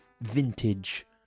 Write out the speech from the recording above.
vintage